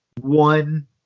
one